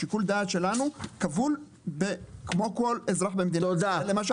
שיקול הדעת שלנו כבול כמו כל אזרח במדינת ישראל למה שהחוק קובע.